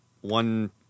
One